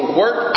work